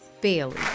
Bailey